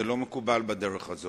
זה לא מקובל בדרך הזאת.